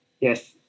yes